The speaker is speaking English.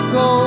go